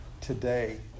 today